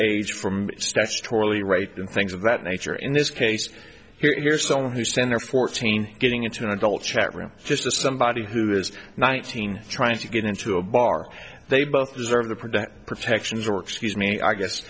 age from statutorily raped and things of that nature in this case here's someone who stand there fourteen getting into an adult chat room just as somebody who is nineteen trying to get into a bar they both deserve to prevent protections or excuse me i guess